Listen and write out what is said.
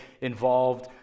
involved